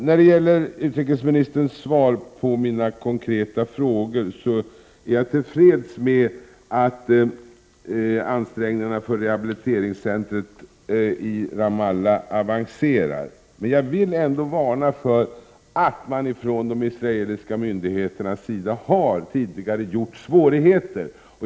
När det gäller utrikesministerns svar på mina konkreta frågor vill jag säga att jag är tillfreds med att ansträngningarna för rehabiliteringscentret i 27 Ramallah avancerar. Men jag vill ändå varna och påminna om att man från de israeliska myndigheternas sida tidigare har gjort svårigheter.